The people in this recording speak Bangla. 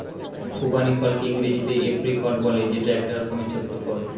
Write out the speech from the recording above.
খুবানি ফলকে ইংরেজিতে এপ্রিকট বলে যেটা এক রকমের ছোট্ট ফল